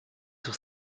sur